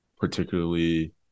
particularly